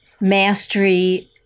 mastery